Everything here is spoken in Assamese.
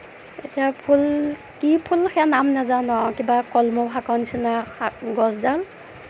এতিয়া ফুল কি ফুল সেইয়া নাম নাজানোঁ আ কিবা কলমৌ শাকৰ নিছিনা শাক গছডাল